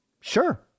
sure